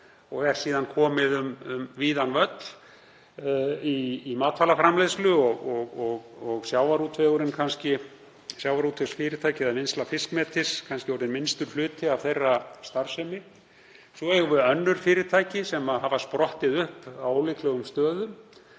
og er síðan komið um víðan völl í matvælaframleiðslu og sjávarútvegsfyrirtækið eða vinnsla fiskmetis kannski orðinn minnstur hluti af þeirra starfsemi. Svo eigum við önnur fyrirtæki sem hafa sprottið upp á ólíklegum stöðum.